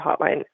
hotline